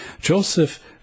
Joseph